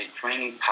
training